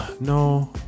No